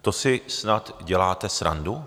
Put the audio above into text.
To si snad děláte srandu?